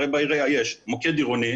בעירייה יש מוקד עירוני.